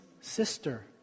sister